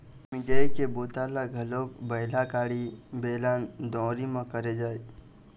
मिंजई के बूता ल घलोक बइला गाड़ी, बेलन, दउंरी म करे जाए